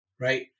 right